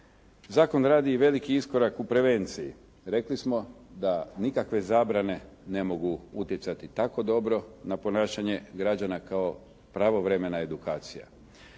Zakon radi i veliki iskorak u prevenciji. Rekli smo da nikakve zabrane ne mogu utjecati tako dobro na ponašanje građana kao pravovremena edukacija.